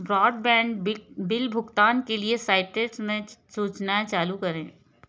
broadband बिक bill भुगतान के लिए साइट्रस में स सूचनाएँ चालू करें